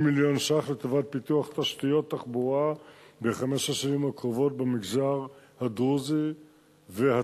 הקרובות 180 מיליון ש"ח לטובת פיתוח תשתיות תחבורה במגזר הדרוזי והצ'רקסי,